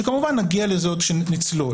שכמובן נגיע לזה עוד כשנצלול.